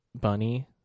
bunny